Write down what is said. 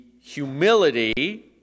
humility